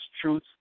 truth